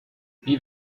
wie